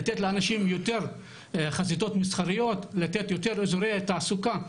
לתת לאנשים יותר חזיתות מסחריות ואזורי תעסוקה.